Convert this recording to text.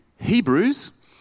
Hebrews